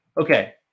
okay